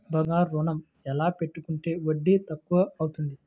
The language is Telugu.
బంగారు ఋణం ఎలా పెట్టుకుంటే వడ్డీ తక్కువ ఉంటుంది?